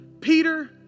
Peter